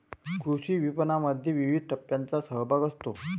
कृषी विपणनामध्ये विविध टप्प्यांचा सहभाग असतो